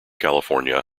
california